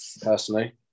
personally